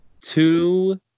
two